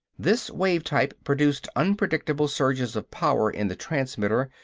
this wave-type produced unpredictable surges of power in the transmitter,